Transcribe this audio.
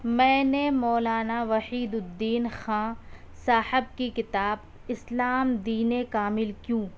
میں نے مولانا وحید الدین خاں صاحب کی کتاب اسلام دین کامل کیوں